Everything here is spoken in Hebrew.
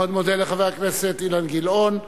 אני מאוד מודה לחבר הכנסת אילן גילאון.